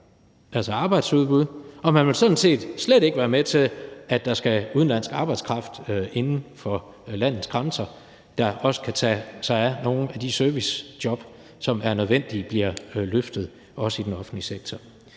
altså arbejdsudbuddet, og man vil sådan set slet ikke være med til, at der skal være udenlandsk arbejdskraft inden for landets grænser, som også kan tage nogle af de servicejob, som det er nødvendigt bliver løftet også i den offentlige sektor,